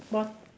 bot~